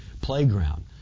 playground